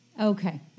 Okay